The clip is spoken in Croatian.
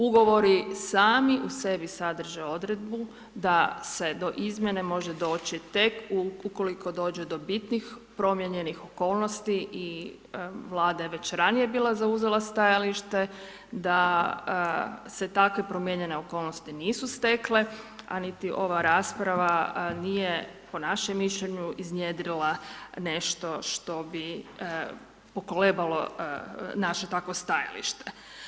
Ugovori sami u sebi sadrže odredbu da se do izmjene može doći tek ukoliko dođe do bitnih promijenjenih okolnosti i Vlada je već ranije bila zauzela stajalište da se takve promijenjene okolnosti nisu stekle a niti ova rasprava nije po našem mišljenju iznjedrila nešto što bi pokolebalo naše takvo stajalište.